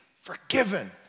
forgiven